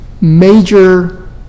major